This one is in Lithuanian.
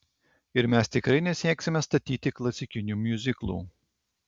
ir mes tikrai nesieksime statyti klasikinių miuziklų